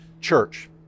Church